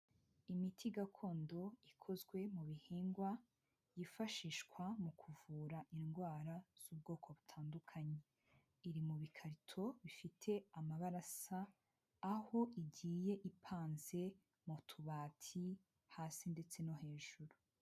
Imiti gakondo ikozwe mu bihingwa, yifashishwa mu kuvura indwara z'ubwoko butandukanye, iri mu bikarito bifite amabara asa, aho igiye ipanze mu tubati hasi ndetse no hejuru.